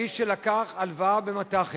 מי שלקח הלוואה במט"ח